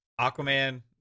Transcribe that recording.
Aquaman